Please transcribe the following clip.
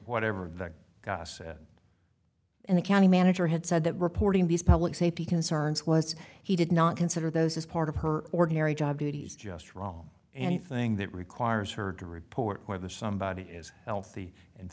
whatever that guy said and the county manager had said that reporting these public safety concerns was he did not consider those as part of her ordinary job duties just wrong anything that requires her to report whether somebody is healthy and